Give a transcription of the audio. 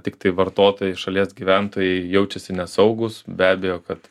tiktai vartotojai šalies gyventojai jaučiasi nesaugūs be abejo kad